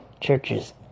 churches